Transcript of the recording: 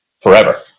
forever